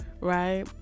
right